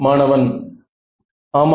மாணவன் ஆமாம்